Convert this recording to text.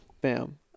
Bam